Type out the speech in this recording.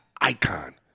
icon